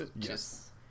yes